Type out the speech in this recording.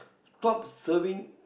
stop serving